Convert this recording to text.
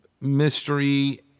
mystery